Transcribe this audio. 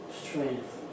strength